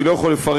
אני לא יכול לפרט,